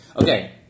okay